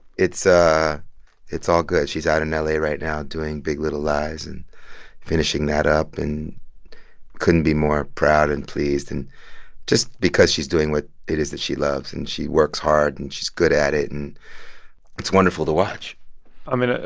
it's ah it's all good. she's out in la right now doing big little lies and finishing that up, and couldn't be more proud and pleased and just because she's doing what it is that she loves. and she works hard, and she's good at it. and it's wonderful to watch i mean, ah